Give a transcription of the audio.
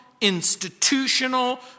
institutional